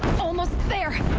almost. there!